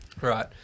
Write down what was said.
Right